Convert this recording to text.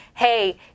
hey